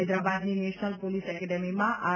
હૈદરાબાદની national police એકેડમીમાં R